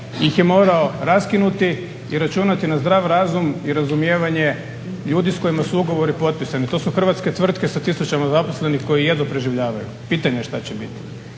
ih je morao raskinuti i računati na zdrav razum i razumijevanje, ljudi sa kojima su ugovori potpisani. To su hrvatske tvrtke sa tisućama zaposlenih koje jedva preživljavaju. Pitanje je šta će biti.